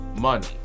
money